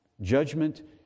Judgment